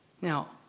Now